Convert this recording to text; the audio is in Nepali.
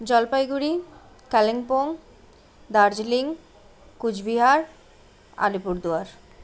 जलपाइगुडी कालिम्पोङ दार्जिलिङ कुचबिहार अलिपुरद्वार